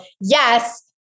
yes